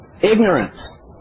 ignorance